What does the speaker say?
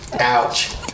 Ouch